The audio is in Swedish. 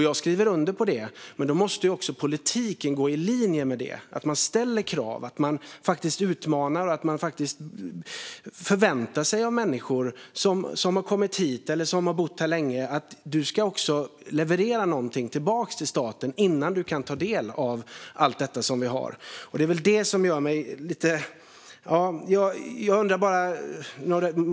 Jag skriver under på det, men då måste också politiken gå i linje med detta. Man måste ställa krav, man måste utmana och man måste förvänta sig av människor som har kommit hit eller som har bott här länge att de också ska leverera någonting tillbaka till staten innan de kan ta del av allt detta som vi har. Det är det här som gör mig lite orolig.